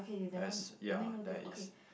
as ya there is